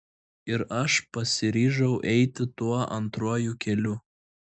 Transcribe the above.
ir aš pasiryžau eiti tuo antruoju keliu